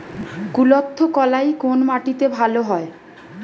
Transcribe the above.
কুলত্থ কলাই কোন মাটিতে ভালো হয়?